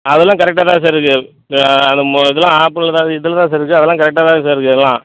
அதெல்லாம் கரெக்டா தான் சார் இருக்குது இந்த மொ இதெல்லாம் ஆப்பில் தான் இதில் தான் சார் இருக்குது அதெல்லாம் கரெக்டாக தான் சார் இருக்குது எல்லாம்